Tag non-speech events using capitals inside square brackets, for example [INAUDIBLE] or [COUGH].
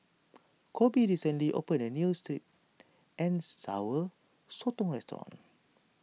[NOISE] Koby recently opened a New Sweet and Sour Sotong Restaurant